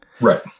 Right